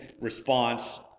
response